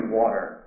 water